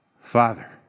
Father